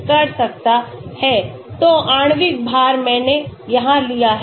तो आणविक भार मैंने यहां लिया है